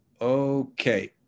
Okay